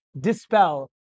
dispel